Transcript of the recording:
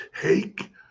Take